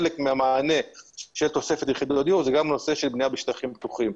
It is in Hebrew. חלק מהמענה של תוספת יחידות הדיור הוא גם נושא של בנייה בשטחים פתוחים.